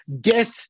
death